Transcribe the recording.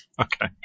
Okay